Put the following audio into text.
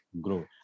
grow